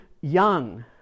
young